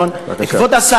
אז שאלות חינוכיות, כבוד השר.